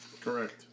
Correct